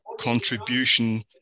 contribution